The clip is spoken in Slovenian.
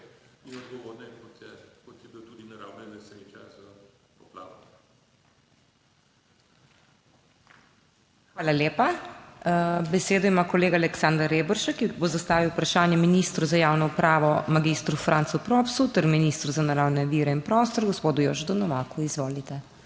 Hvala lepa. Besedo ima kolega Aleksander Reberšek, ki bo zastavil vprašanje ministru za javno upravo mag. Francu Propsu ter ministru za naravne vire in prostor gospodu Jožetu Novaku. Izvolite.